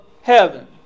heaven